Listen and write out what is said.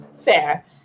fair